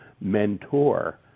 mentor